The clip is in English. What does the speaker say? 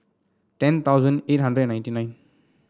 ten thousand eight hundred and ninety nine